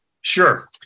Sure